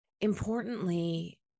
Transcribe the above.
Importantly